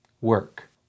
work